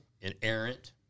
inerrant